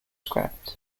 scrapped